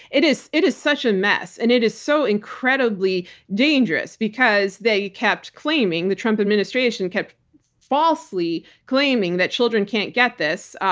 it is it is such a mess. and it is so incredibly dangerous because they kept claiming-the trump administration kept falsely claiming-that children can't get this.